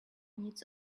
needs